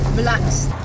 relaxed